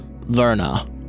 Verna